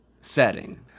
setting